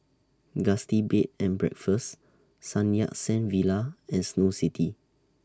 Gusti Bed and Breakfast Sun Yat Sen Villa and Snow City